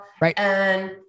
Right